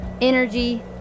energy